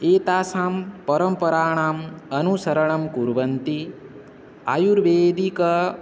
एतासां परम्पराणाम् अनुसरणं कुर्वन्ति आयुर्वेदिकम्